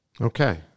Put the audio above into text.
okay